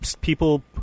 people